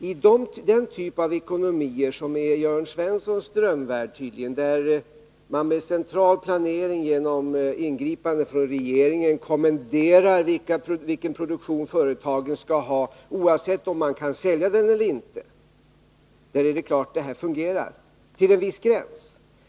I den typ av ekonomier, som tydligen är Jörn Svenssons drömvärld och där man genom central planering och ingripanden från regeringen kommenderar vilken produktion företagen skall ha— oavsett om den går att sälja eller inte —, är det klart att det här fungerar till en viss gräns.